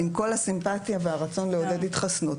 עם כל הסימפטיה והרצון לעודד התחסנות,